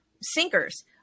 sinkers